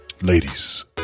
Ladies